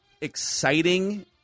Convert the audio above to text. exciting